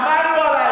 שמענו עלייך כבר.